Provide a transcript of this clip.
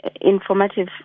informative